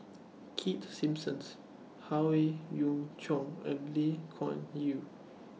Keith Simmons Howe Yoon Chong and Lee Kuan Yew